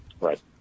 Right